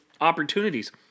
opportunities